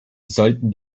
sollten